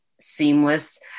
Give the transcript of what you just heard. seamless